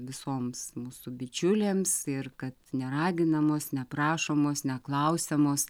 visoms mūsų bičiulėms ir kad neraginamos neprašomos neklausiamos